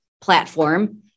platform